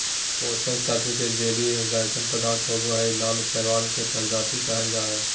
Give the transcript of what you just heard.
पोषक तत्त्व जे जेली जइसन पदार्थ होबो हइ, लाल शैवाल के प्रजाति कहला हइ,